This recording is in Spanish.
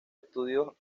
estudios